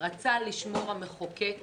המחוקק רצה לשמור על המפלגות,